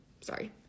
Sorry